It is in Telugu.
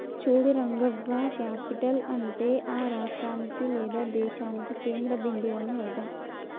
చూడు రంగవ్వ క్యాపిటల్ అంటే ఆ రాష్ట్రానికి లేదా దేశానికి కేంద్ర బిందువు అని అర్థం